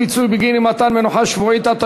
פיצוי בגין אי-מתן מנוחה שבועית),